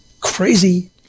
crazy